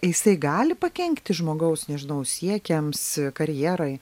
jisai gali pakenkti žmogaus nežinau siekiams karjerai